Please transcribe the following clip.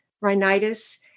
rhinitis